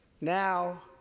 Now